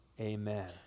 Amen